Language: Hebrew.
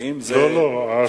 ואם זה, לא, לא.